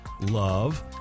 love